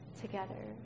Together